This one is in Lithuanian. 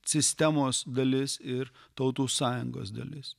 sistemos dalis ir tautų sąjungos dalis